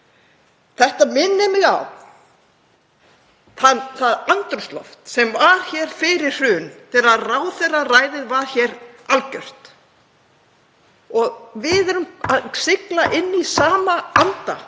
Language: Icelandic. Þetta minnir mig á það andrúmsloft sem var hér fyrir hrun þegar ráðherraræðið var algjört. Við erum að sigla inn í sama anda.